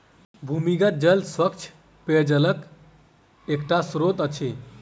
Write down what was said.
भूमिगत जल स्वच्छ पेयजलक एकटा स्त्रोत अछि